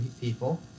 people